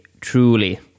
truly